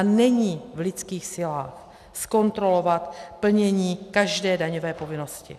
Není v lidských silách zkontrolovat plnění každé daňové povinnosti.